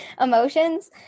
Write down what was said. emotions